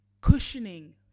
cushioning